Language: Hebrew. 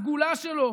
מה הסגולה שלו,